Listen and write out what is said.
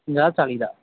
ਪੰਜਾਹ ਚਾਲ੍ਹੀ ਦਾ